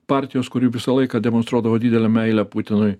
partijos kuri visą laiką demonstruodavo didelę meilę putinui